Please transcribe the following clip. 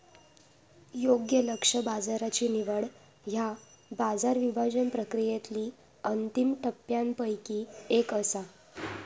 योग्य लक्ष्य बाजाराची निवड ह्या बाजार विभाजन प्रक्रियेतली अंतिम टप्प्यांपैकी एक असा